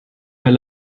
pas